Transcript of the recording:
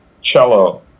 cello